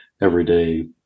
everyday